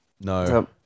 No